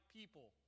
people